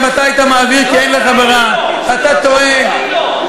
גם אתה היית מעביר כי אין לך ברירה, לא, בחיים לא.